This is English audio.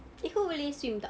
eh kau boleh swim tak